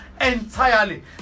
entirely